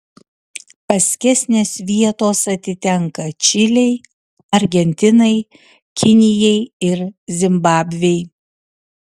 paskesnės vietos atitenka čilei argentinai kinijai ir zimbabvei